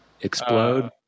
explode